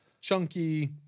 chunky